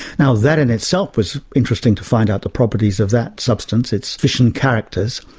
now, that in itself was interesting, to find out the properties of that substance, its fission characters.